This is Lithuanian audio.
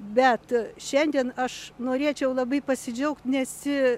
bet šiandien aš norėčiau labai pasidžiaugti nesi